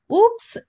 Oops